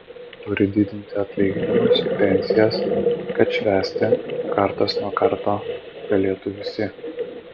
turi didinti atlyginimus pensijas kad švęsti kartas nuo karto galėtų visi